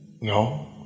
No